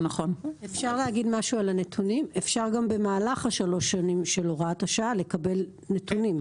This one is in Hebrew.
אפשר גם במהלך שלוש השנים של הוראת לקבל נתונים.